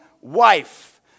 wife